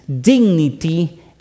dignity